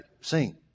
Sing